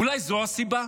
אולי זו הסיבה?